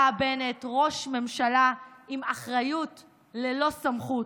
אתה, בנט, ראש ממשלה עם אחריות ללא סמכות,